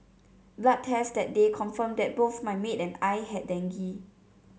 blood tests that day confirmed that both my maid and I had dengue